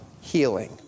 healing